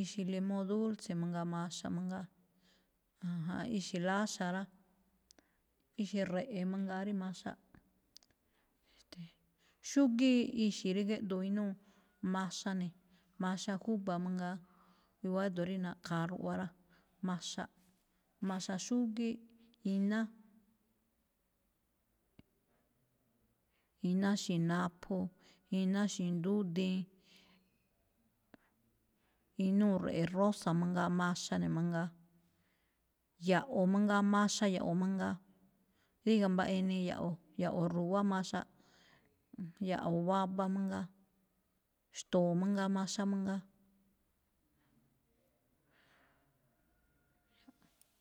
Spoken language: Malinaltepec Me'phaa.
ixe̱ limóo dulce mangaa maxa mangaa. Ixe̱ láxa̱ rá, ixe̱ re̱ꞌe̱ mangaa rí maxaꞌ. xúgíí ixi̱ rí géꞌdoo inúu maxa ne̱, maxa júba̱ mangaa, i̱wa̱á ído̱ rí na̱ꞌkha̱a ruꞌwa rá, maxaꞌ, maxa xúgíí iná. iná xe̱ napho, iná xi̱ndúdiin, inúu re̱ꞌe̱ rosa mangaa maxa ne̱ mangaa, ya̱ꞌwo̱ mangaa maxa ya̱ꞌwo̱ mangaa, ríga̱ mbaꞌa inii ya̱ꞌwo̱, ya̱ꞌwo̱ ru̱wá maxaꞌ, ya̱ꞌwo̱ waba mangaa, xto̱o̱ mangaa maxa mangaa.